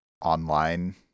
online